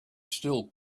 still